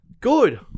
good